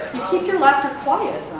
keep your laughter quiet